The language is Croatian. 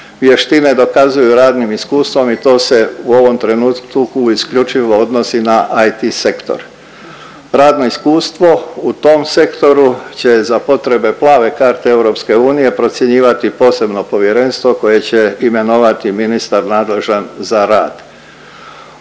vještine dokazuju radnim iskustvom i to se u ovom trenutku isključivo odnosi na IT sektor. Radno iskustvo u tom sektoru će za potrebe plave karte EU procjenjivati posebno povjerenstvo koje će imenovati ministar nadležan za rad.